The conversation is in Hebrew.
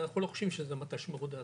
אנחנו לא חושבים שזה מט"ש מרודד.